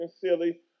silly